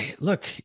Look